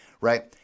right